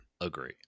Agree